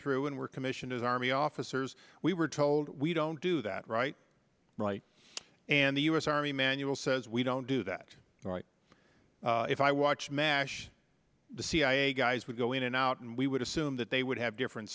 through and were commission as army officers we were told we don't do that right right and the u s army manual says we don't do that if i watch mash the cia guys would go in and out and we would assume that they would have different